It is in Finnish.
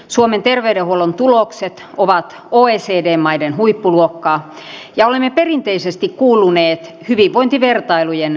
suomen terveydenhuollon tulokset ovat oecd maiden huippuluokkaa ja olemme perinteisesti kuuluneet hyvinvointivertailujen kärkimaihin